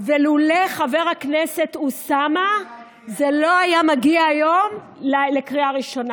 ולולא חבר הכנסת אוסאמה זה לא היה מגיע היום לקריאה ראשונה.